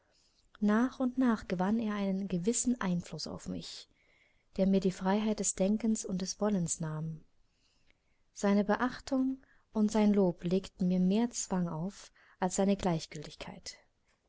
nach und nach gewann er einen gewissen einfluß auf mich der mir die freiheit des denkens und wollens nahm seine beachtung und sein lob legten mir mehr zwang auf als seine gleichgiltigkeit